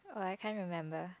oh I can't remember